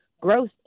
growth